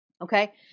Okay